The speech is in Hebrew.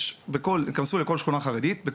יש בכל שכונה חרדית שאליה תיכנסו,